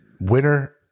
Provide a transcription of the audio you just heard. winner